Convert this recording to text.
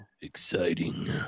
exciting